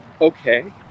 okay